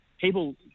people